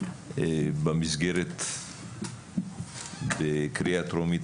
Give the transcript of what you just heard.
במסגרת קריאה טרומית,